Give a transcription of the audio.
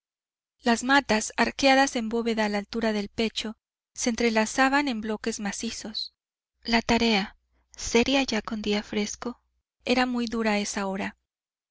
las matas arqueadas en bóveda a la altura del pecho se entrelazan en bloques macizos la tarea seria ya con día fresco era muy dura a esa hora